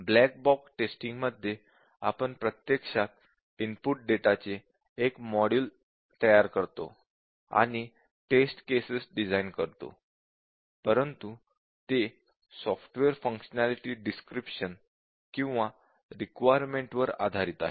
black box testing मध्ये आपण प्रत्यक्षात इनपुट डेटाचे एक मॉडेल तयार करतो आणि टेस्ट केसेस निर्माण करतो परंतु ते सॉफ्टवेअर फंक्शनालिटी डिस्क्रिप्शन किंवा रिक्वायरमेंट वर आधारित आहे